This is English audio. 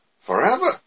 forever